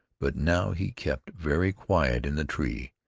but now he kept very quiet in the tree,